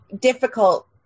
difficult